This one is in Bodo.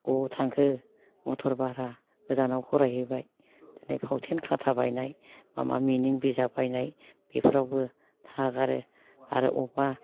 अबाव थांखो मथर भारा गोजानआव फरायहैबाय दिनै फावथेन खाथा बायनाय बा मिबि बिजाब बायनाय बेफ्रावबो थागारो आरो अबावबा